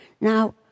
Now